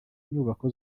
nyubako